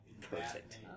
Perfect